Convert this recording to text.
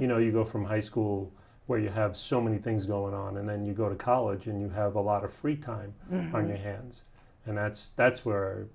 you know you go from high school where you have so many things going on and then you go to college and you have a lot of free time on your hands and that's that's were